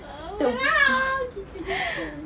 oh my god kita just send